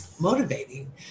motivating